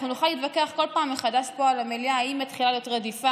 אנחנו נוכל להתווכח כל פעם מחדש פה במליאה: האם מתחילה להיות רדיפה?